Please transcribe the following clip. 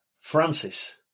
Francis